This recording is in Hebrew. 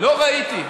לא ראיתי.